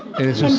and it's just